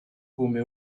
come